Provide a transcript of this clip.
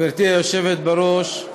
גברתי היושבת בראש,